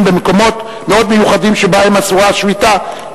במקומות מאוד מיוחדים שבהם אסורה השביתה,